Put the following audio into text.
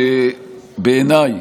בעיניי,